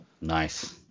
Nice